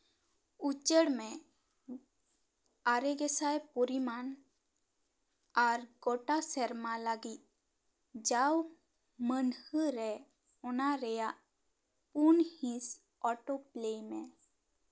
ᱩᱪᱟᱹᱲᱢᱮ ᱟᱨᱮ ᱜᱮᱥᱟᱭ ᱯᱚᱨᱤᱢᱟᱱ ᱟᱨ ᱜᱚᱴᱟ ᱥᱮᱨᱢᱟ ᱞᱟᱹᱜᱤᱫ ᱡᱟᱣ ᱢᱟᱹᱱᱦᱟᱹᱨᱮ ᱚᱱᱟ ᱨᱮᱭᱟᱜ ᱯᱩᱱ ᱦᱤᱸᱥ ᱚᱴᱳ ᱯᱞᱮ ᱢᱮ